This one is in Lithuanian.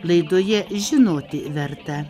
laidoje žinoti verta